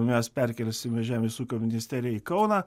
mes perkelsime žemės ūkio ministeriją į kauną